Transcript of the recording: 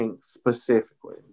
specifically